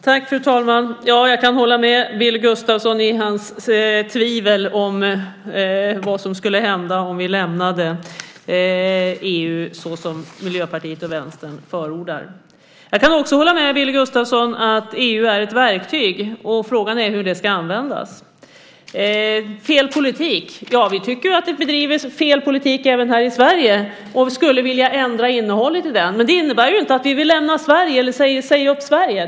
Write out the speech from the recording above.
Fru talman! Jag kan hålla med Billy Gustafsson i fråga om hans tvivel om vad som skulle hända om vi lämnade EU såsom Miljöpartiet och Vänstern förordar. Jag kan också hålla med Billy Gustafsson om att EU är ett verktyg. Och frågan är hur det ska användas. Beträffande fel politik tycker vi att det bedrivs fel politik även här i Sverige och skulle vilja ändra innehållet i den. Men det innebär inte att vi vill lämna Sverige eller säga upp Sverige.